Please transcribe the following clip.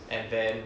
and then